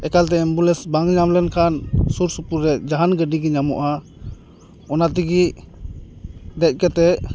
ᱮᱠᱟᱞᱛᱮ ᱮᱢᱵᱩᱞᱮᱱᱥ ᱵᱟᱝ ᱧᱟᱢ ᱞᱮᱱᱠᱷᱟᱱ ᱥᱩᱨ ᱥᱩᱯᱩᱨ ᱨᱮ ᱡᱟᱦᱟᱱ ᱜᱟᱰᱤᱜᱮ ᱧᱟᱢᱚᱜᱼᱟ ᱚᱱᱟᱛᱮᱜᱮ ᱫᱮᱡ ᱠᱟᱛᱮᱫ